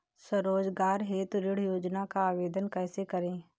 स्वरोजगार हेतु ऋण योजना का आवेदन कैसे करें?